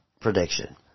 prediction